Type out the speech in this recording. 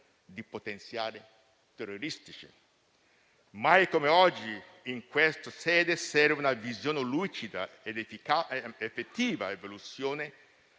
di potenziali terroristi. Mai come oggi in questa sede serve una visione lucida dell'effettiva evoluzione